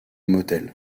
motel